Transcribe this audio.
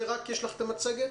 יש לך רק את המצגת?